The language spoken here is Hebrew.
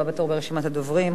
הבא בתור ברשימת הדוברים,